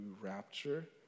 rapture